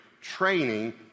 training